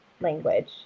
language